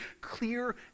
clear